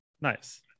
nice